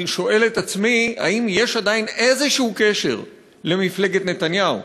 אני שואל את עצמי אם יש עדיין איזשהו קשר למפלגת נתניהו,